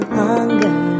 hunger